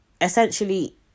essentially